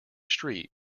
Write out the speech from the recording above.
street